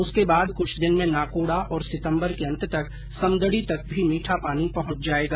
उसके बाद कुछ दिन में नाकोड़ा और सितम्बर के अंत तक समदड़ी तक भी मीठा पानी पहुंच जाएगा